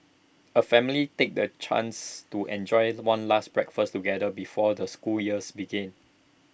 A family takes the chance to enjoy The One last breakfast together before the school years begins